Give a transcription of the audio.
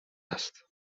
است